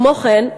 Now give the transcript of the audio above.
כמו כן,